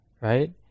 right